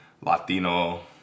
Latino